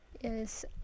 Yes